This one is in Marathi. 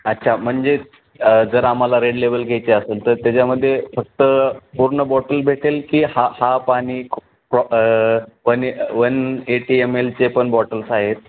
अच्छा म्हणजे जर आम्हाला रेड लेबल घ्यायची असेल तर त्याच्यामध्ये फक्त पूर्ण बॉटल भेटेल की हा हाफ आणि प्राॅ one A one eighty M एलचे पण बॉटल्स आहेत